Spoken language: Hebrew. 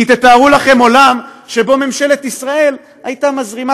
כי תתארו לכם עולם שבו ממשלת ישראל הייתה מזרימה